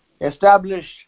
establish